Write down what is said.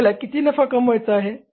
आपल्याला किती नफा कमवायचा आहे